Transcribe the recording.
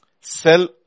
Sell